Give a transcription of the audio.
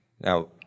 Now